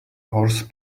horse